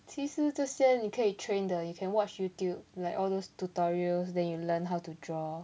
其实这些你可以 train 的 you can watch youtube like all those tutorials then you learn how to draw